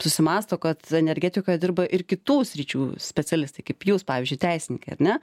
susimąsto kad energetikoje dirba ir kitų sričių specialistai kaip jūs pavyzdžiui teisininkai ar ne